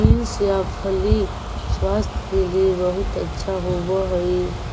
beans या फली स्वास्थ्य के लिए बहुत अच्छा होवअ हई